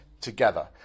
together